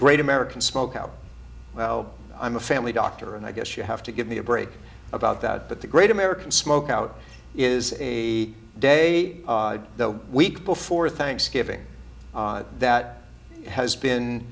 great american smokeout well i'm a family doctor and i guess you have to give me a break about that but the great american smokeout is a day the week before thanksgiving that has been